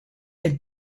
and